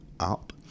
up